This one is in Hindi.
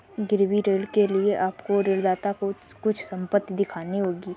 गिरवी ऋण के लिए आपको ऋणदाता को कुछ संपत्ति दिखानी होगी